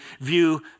view